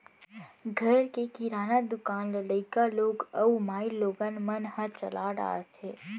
घर के किराना दुकान ल लइका लोग अउ माइलोगन मन ह चला डारथें